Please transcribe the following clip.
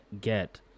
get